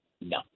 no